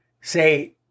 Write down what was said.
say